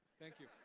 thank you.